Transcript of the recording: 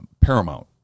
paramount